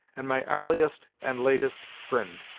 and my arliest and latest fri'nd.